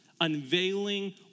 unveiling